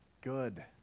good